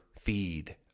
feed